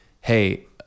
Hey